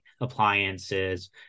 appliances